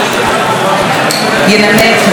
ינמק חבר הכנסת יואל חסון,